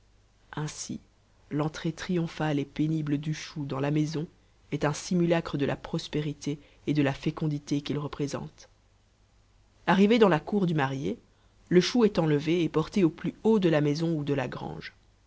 ainsi l'entrée triomphale et pénible du chou dans la maison est un simulacre de la prospérité et de la fécondité qu'il représente arrivé dans la cour du marié le chou est enlevé et porté au plus haut de la maison ou de la grange